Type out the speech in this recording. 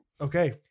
Okay